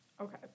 okay